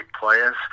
players